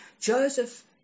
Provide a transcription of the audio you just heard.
Joseph